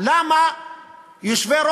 זה שוויון.